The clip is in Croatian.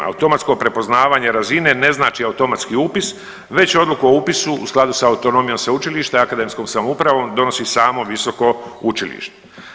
Automatsko prepoznavanje razine ne znači automatski upis već odluku o upisu u skladu sa autonomijom sveučilišta i akademskom samoupravom donosi samo visoko učilište.